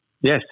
Yes